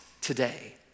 today